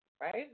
Right